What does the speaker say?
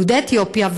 יהודי אתיופיה,